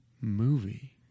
Movie